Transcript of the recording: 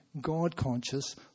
God-conscious